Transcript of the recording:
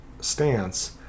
stance